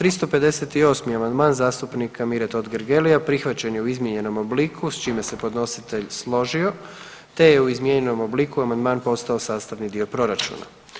358. amandman zastupnika Mire Totgergelia prihvaćen u izmijenjenom obliku s čime se podnositelj složio te je u izmijenjenom obliku amandman postao sastavni dio proračuna.